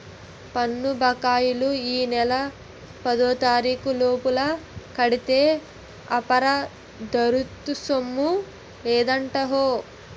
పన్ను బకాయిలు ఈ నెల పదోతారీకు లోపల కడితే అపరాదరుసుము లేదండహో